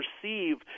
perceive